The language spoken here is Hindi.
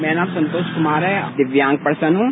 मेरा नाम संतोष कुमार हैदिव्यांग परसन हूं